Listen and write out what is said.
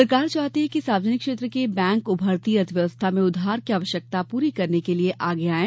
सरकार चाहती है कि सार्वजनिक क्षेत्र के बैंक उभरती अर्थव्यवस्था में उधार की आवश्यकता पूरी करने के लिए आगे आएं